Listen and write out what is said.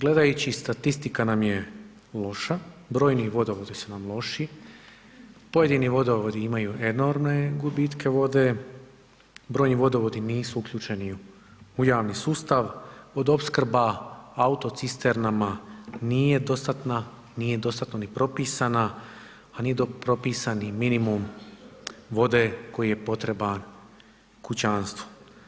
gledajući statistika nam je loša, brojni vodovodi su nam loši, pojedini vodovodi imaju enormne gubitke vode, brojni vodovodi nisu uključeni u javni sustav, vodoopskrba autocisternama nije dostatna, nije dostatno ni propisana, a nije propisan ni minimum vode koji je potreban kućanstvu.